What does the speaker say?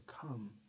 come